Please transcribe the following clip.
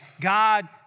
God